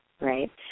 right